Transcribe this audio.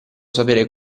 sapere